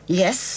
yes